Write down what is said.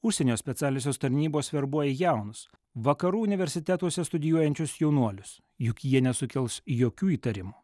užsienio specialiosios tarnybos verbuoja jaunus vakarų universitetuose studijuojančius jaunuolius juk jie nesukels jokių įtarimų